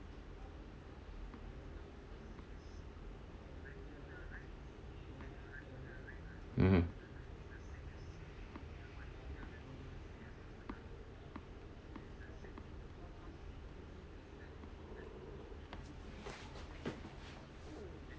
mmhmm